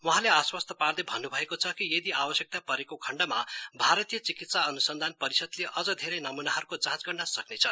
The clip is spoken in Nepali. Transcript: वहाँले आश्वस्त पार्दै भन्न्भएको छ कि यदि आवश्यकता परेको खण्डमा भारतीय चिकित्सा अनुसन्धान परिषदले अझ धेरै नमुनाहरूको जाँच गर्न सक्नेछ